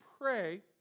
pray